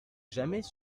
jamais